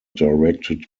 directed